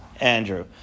Andrew